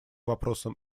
вопросам